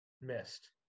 missed